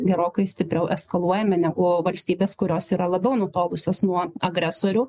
gerokai stipriau eskaluojame negu valstybės kurios yra labiau nutolusios nuo agresorių